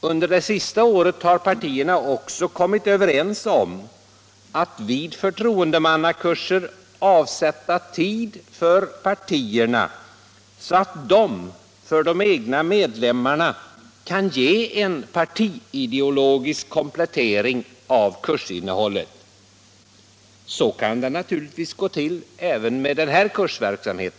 Under det sista året har partierna också kommit överens om att vid förtroendemannakurser avsätta tid för partierna, så att de för de egna medlemmarna kan ge en partiideologisk komplettering av kursinnehållet. Så kan det naturligtvis gå till även med denna kursverksamhet.